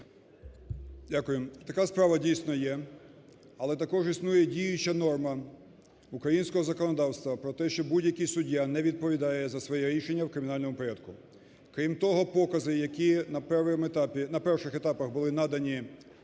Дякую. Така справа, дійсно, є. Але також існує і діюча норма українського законодавства про те, що будь-який суддя не відповідає за своє рішення в кримінальному порядку. Крім того, покази, які на первом етапі, на